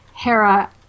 Hera